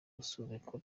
gusubikwa